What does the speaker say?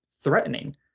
threatening